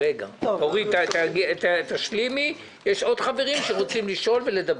אורית, יש עוד חברים שרוצים לשאול ולדבר.